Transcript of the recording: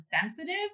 sensitive